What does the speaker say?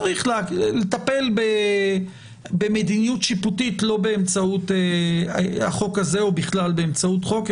צריך לטפל במדיניות שיפוטית לא באמצעות החוק הזה ובכלל לא באמצעות חוק,